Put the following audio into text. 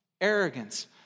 arrogance